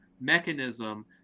mechanism